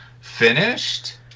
Finished